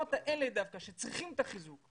במקומות האלה צריכים את החיזוק,